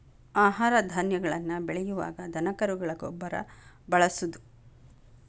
ಆಹಾರ ಧಾನ್ಯಗಳನ್ನ ಬೆಳಿಯುವಾಗ ದನಕರುಗಳ ಗೊಬ್ಬರಾ ಬಳಸುದು